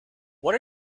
what